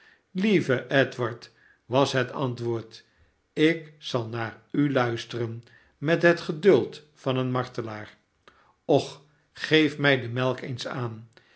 ilieve edward was het antwoord ik zal naar u luisteren met het geduld van een martelaar och geef mij de melk eens aan